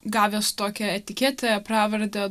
gavęs tokią etiketę pravardę